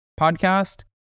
podcast